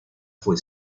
fue